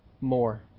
more